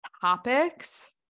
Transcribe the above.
topics